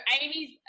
Amy's